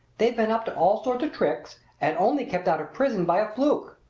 they've been up to all sorts of tricks and only kept out of prison by a fluke.